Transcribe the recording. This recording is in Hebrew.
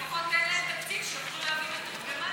לפחות תן להם תקציב שיוכלו להביא מתורגמן.